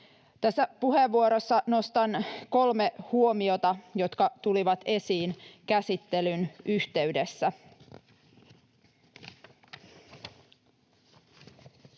Tässä puheenvuorossa nostan kolme huomiota, jotka tulivat esiin käsittelyn yhteydessä.